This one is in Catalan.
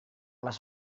les